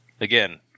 Again